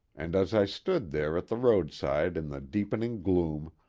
and as i stood there at the roadside in the deepening gloom,